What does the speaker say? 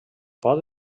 pot